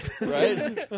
Right